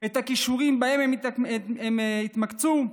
את הכישורים שלהם, במה שהתמקצעו,